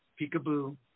peekaboo